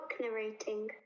narrating